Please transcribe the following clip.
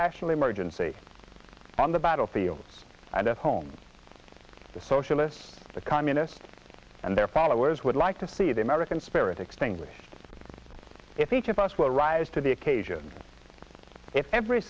national emergency on the battlefield idahoans the socialist of the communists and their followers would like to see the american spirit extinguished if each of us will rise to the occasion if every